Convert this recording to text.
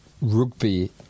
Rugby